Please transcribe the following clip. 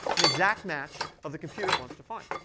an exact match, of the computer it wants to find.